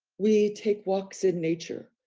we take walks in nature,